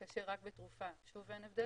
כאשר רק בתרופה שוב אין הבדל,